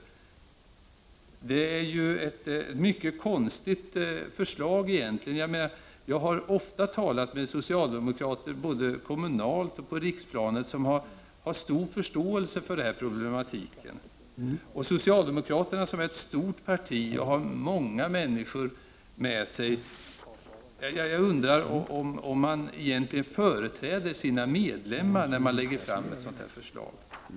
Det är ju egentligen ett mycket konstigt förslag. Jag har ofta talat med socialdemokrater, verksamma både kommunalt och på riksplanet, som har stor förståelse för den här problematiken. Och socialdemokraterna, som är ett stort parti, har många människor med sig. Jag undrar om man verkligen företräder sina medlemmar när man lägger fram ett sådant här förslag.